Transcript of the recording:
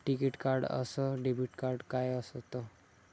टिकीत कार्ड अस debit card काय असत?